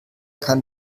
kann